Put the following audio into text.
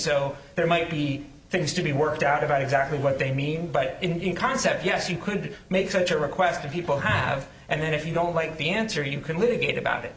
so there might be things to be worked out about exactly what they mean but in concept yes you could make such a request of people have and then if you don't like the answer you can litigate about it